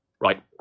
right